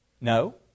No